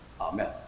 Amen